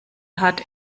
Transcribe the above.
hat